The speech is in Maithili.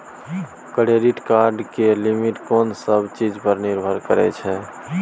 क्रेडिट कार्ड के लिमिट कोन सब चीज पर निर्भर करै छै?